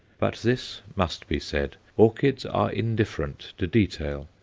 but this must be said orchids are indifferent to detail.